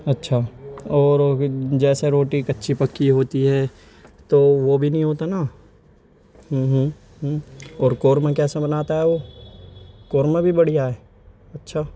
اچھا اور جیسے روٹی کچی پکی ہوتی ہے تو وہ بھی نہیں ہوتا نا اور قورمہ کیسا بناتا ہے قورمہ بھی بڑھیا ہے اچھا